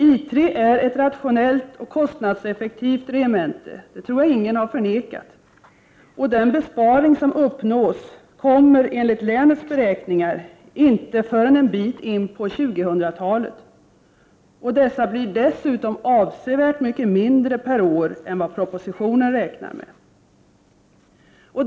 I 3 är ett rationellt och kostnadseffektivt regemente — det tror jag ingen har förnekat — och de besparingar som uppnås kommer, enligt länets beräkningar, inte förrän en bit in på 2000-talet. Dessa blir dessutom avsevärt mycket mindre per år än vad propositionen räknar med.